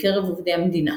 בקרב עובדי המדינה.